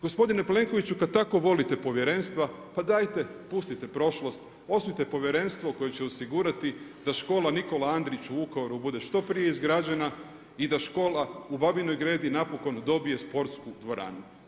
Gospodine Plenkoviću, kad tako volite povjerenstva pa dajte pustite prošlost, osnujte povjerenstvo koje će osigurati da škola Nikola Andrić u Vukovaru bude što prije izgrađena i da škola u Babinoj Gredi napokon dobije sportsku dvoranu.